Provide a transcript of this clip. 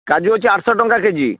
କାଜୁ ଅଛି ଆଠଶହ ଟଙ୍କା କେଜି